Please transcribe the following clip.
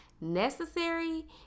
necessary